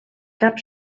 cap